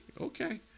Okay